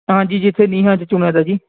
ਹਾਂਜੀ ਜਿੱਥੇ ਨੀਹਾਂ 'ਚ ਚਿਣਿਆ ਤਾਂ ਜੀ